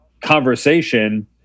conversation